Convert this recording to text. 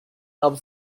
opened